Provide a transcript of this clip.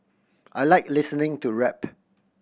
I like listening to rap